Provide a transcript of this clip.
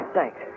Thanks